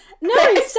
No